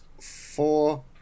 four